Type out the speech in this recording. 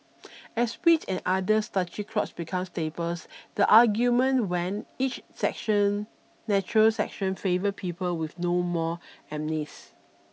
as wheat and other starchy crops become staples the argument went each section natural section favoured people with no more amylase